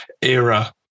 era